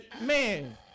Man